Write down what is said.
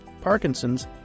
Parkinson's